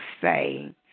say